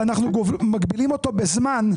מגבילים אותו בזמן,